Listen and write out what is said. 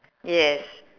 yes